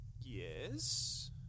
Yes